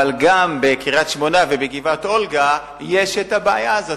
אבל גם בקריית-שמונה ובגבעת-אולגה יש את הבעיה הזאת.